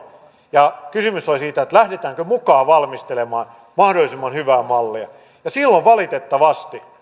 mallia kysymys oli siitä lähdetäänkö mukaan valmistelemaan mahdollisimman hyvää mallia silloin valitettavasti vastustivat